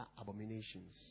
abominations